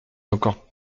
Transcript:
encore